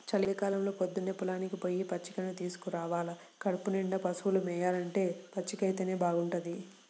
చలికాలంలో పొద్దన్నే పొలానికి పొయ్యి పచ్చికని తీసుకురావాల కడుపునిండా పశువులు మేయాలంటే పచ్చికైతేనే బాగుంటది